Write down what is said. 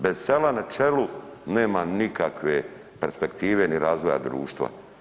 Bez sela na čelu nema nikakve perspektive ni razvoja društva.